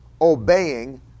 obeying